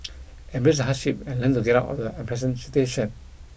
embrace the hardship and learn to get out of the unpleasant station